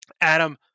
Adam